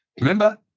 Remember